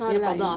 ye lah ye lah